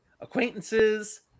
acquaintances